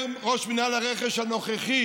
אומר ראש מינהל הרכש הנוכחי,